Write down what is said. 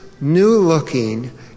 new-looking